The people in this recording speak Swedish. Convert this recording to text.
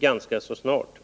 ganska snart.